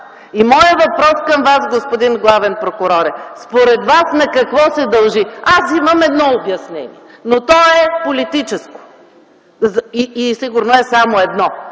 Моят въпрос към Вас, господин главен прокурор, е: според Вас, на какво се дължи? Аз имам едно обяснение, но то е политическо и сигурно е само едно,